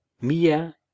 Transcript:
mia